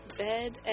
bed